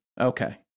okay